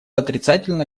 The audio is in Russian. отрицательно